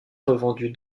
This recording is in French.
revendu